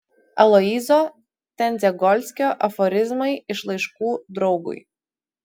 aloyzo tendzegolskio aforizmai iš laiškų draugui